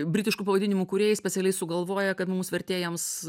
britišku pavadinimu kūrėjai specialiai sugalvoja kad mums vertėjams